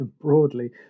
broadly